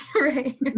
right